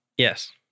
Yes